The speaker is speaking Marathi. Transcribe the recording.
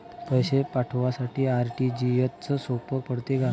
पैसे पाठवासाठी आर.टी.जी.एसचं सोप पडते का?